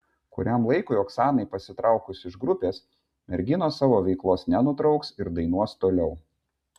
kuriam laikui oksanai pasitraukus iš grupės merginos savo veiklos nenutrauks ir dainuos toliau